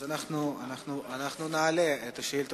נמצא, לפרוטוקול.